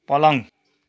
पलङ